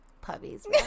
puppies